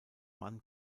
mann